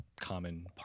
common